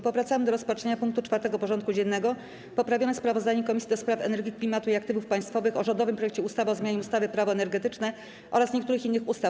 Powracamy do rozpatrzenia punktu 4. porządku dziennego: Poprawione sprawozdanie Komisji do Spraw Energii, Klimatu i Aktywów Państwowych o rządowym projekcie ustawy o zmianie ustawy - Prawo energetyczne oraz niektórych innych ustaw.